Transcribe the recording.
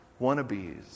wannabes